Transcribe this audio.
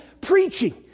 preaching